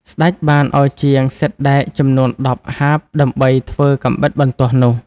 ស្ដេចបានឱ្យជាងសិតដែកចំនួនដប់ហាបដើម្បីធ្វើកាំបិតបន្ទោះនោះ។